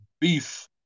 beef